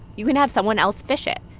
you can have someone else fish it.